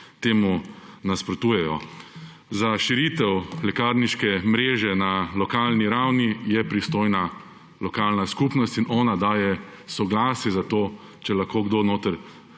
temu nasprotujejo. Za širitev lekarniške mreže na lokalni ravni je pristojna lokalna skupnost in ona daje soglasje za to, če lahko kdo notri